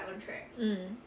mm